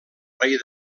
rei